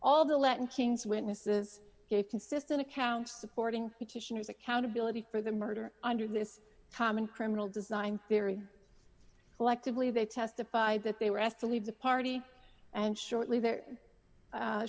all the latin kings witnesses gave consistent accounts supporting the titian is accountability for the murder under this common criminal design theory collectively they testified that they were asked to leave the party and shortly th